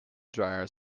dryer